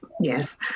Yes